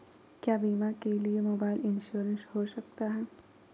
क्या बीमा के लिए मोबाइल इंश्योरेंस हो सकता है?